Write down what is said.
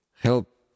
Help